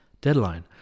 Deadline